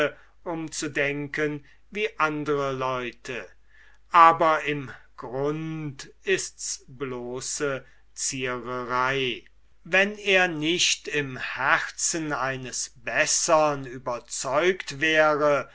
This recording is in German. um zu denken wie andre leute aber im grunde ists bloße ziererei wenn er nicht im herzen eines bessern überzeugt wäre